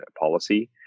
policy